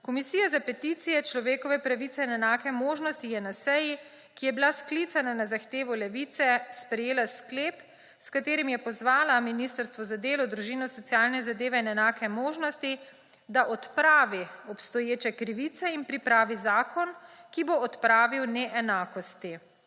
Komisija za peticije, človekove pravice in enake možnosti je na seji, ki je bila sklicana na zahtevo Levice, sprejela sklep, s katerim je pozvala Ministrstvo za delo, družino, socialne zadeve in enake možnosti, da odpravi obstoječe krivice in pripravi zakon, ki bo odpravil neenakosti.